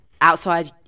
outside